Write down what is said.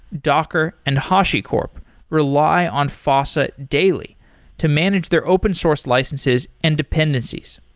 docker and hashicorp rely on fossa daily to manage their open source licenses and dependencies.